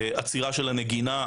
עצירה של הנגינה,